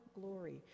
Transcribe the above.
glory